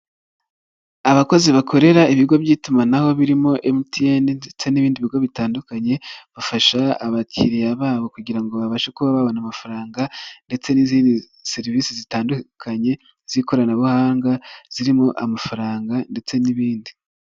Abakozi bakorera ibigo by'itumanaho birimo MTN ndetse n'ibindi bigo bitandukanye, bafasha abakiriya babo kugira ngo babashe kuba babona amafaranga, ndetse n'izindi serivisi zitandukanye z'ikoranabuhanga, zirimo amafaranga ndetse n'ibindi.